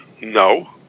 No